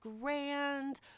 grand